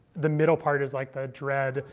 the middle part is like the dread.